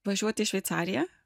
važiuot į šveicariją